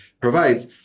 provides